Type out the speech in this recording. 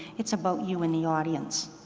it's about you in the audience.